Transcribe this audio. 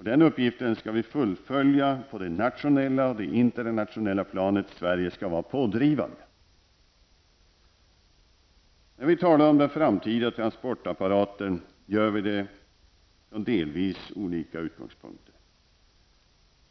Denna uppgift skall vi fullfölja på det nationella och internationella planet. Sverige skall vara pådrivande. När vi talar om den framtida transportapparaten gör vi det från delvis olika utgångspunkter.